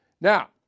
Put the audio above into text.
Now